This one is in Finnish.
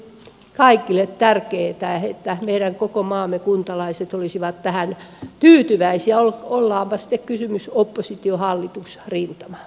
sehän olisi kaikille tärkeätä että meidän koko maamme kuntalaiset olisivat tähän tyytyväisiä on sitten kysymys oppositio tai hallitusrintamasta